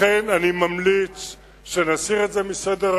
לכן אני ממליץ שנסיר את זה מסדר-היום,